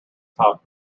top